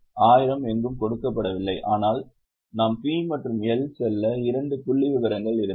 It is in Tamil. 1000 எங்கும் கொடுக்கப்படவில்லை ஆனால் நாம் P மற்றும் L செல்ல இரண்டு புள்ளிவிவரங்கள் இருந்தன